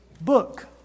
book